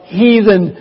heathen